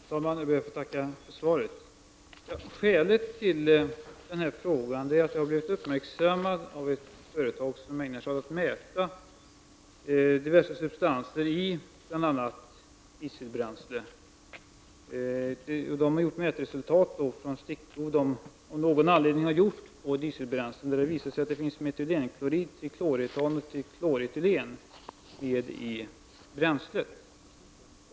Fru talman! Jag ber att få tacka för svaret. Skälet till denna fråga är uppmärksammade resultat från ett företag som ägnat sig åt att mäta diverse substanser i bl.a. dieselbränslen. Mätresultaten från de stickprov som företaget av någon anledning har gjort visar att det finns bl.a. metylenklorid, trikloretan och trikloretylen i bränslet.